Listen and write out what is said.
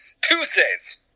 Tuesdays